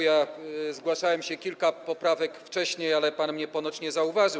Ja zgłaszałem się kilka poprawek wcześniej, ale pan mnie ponoć nie zauważył.